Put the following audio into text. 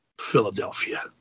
Philadelphia